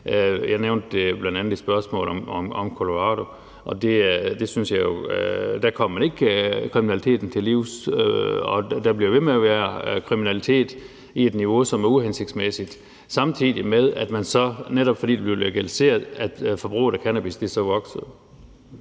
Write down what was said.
Jeg nævnte det bl.a. i spørgsmålet om Colorado, og der kom man ikke kriminaliteten til livs, og der bliver ved med at være kriminalitet på et niveau, som er uhensigtsmæssigt, samtidig med, netop fordi det blev legaliseret, at forbruget af cannabis voksede.